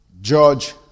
George